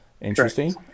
Interesting